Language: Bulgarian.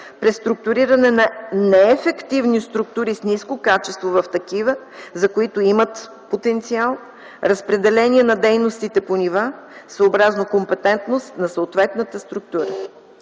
преструктуриране на неефективни структури с ниско качество в такива, за които имат потенциал, разпределение на дейностите по нива съобразно компетентност на съответната структура.